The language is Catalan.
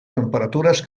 temperatures